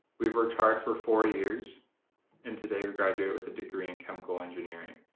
we've worked hard for four years and today we're graduating with a degree in chemical engineering.